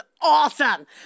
awesome